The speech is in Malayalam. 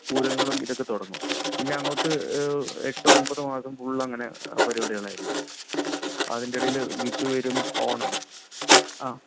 പൂരങ്ങളും ഇതൊക്കെ തുടങ്ങും പിന്നെയങ്ങോട്ട് എട്ടു ഒമ്പതു മാസം ഫുൾ അങ്ങനെ പരിപാടികളായിരിക്കും അതിൻ്റെ ഇടയിൽ വിഷു വരും ഓണം ആ